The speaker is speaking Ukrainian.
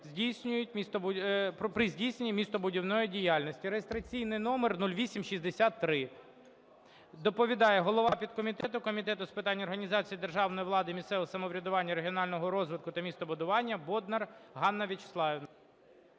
при здійсненні містобудівної діяльності) (реєстраційний номер 0863). Доповідає голова підкомітету Комітету з питань організації державної влади, місцевого самоврядування, регіонального розвитку та містобудування Бондар Ганна Вячеславівна.